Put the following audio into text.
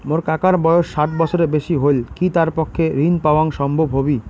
মোর কাকার বয়স ষাট বছরের বেশি হলই কি তার পক্ষে ঋণ পাওয়াং সম্ভব হবি?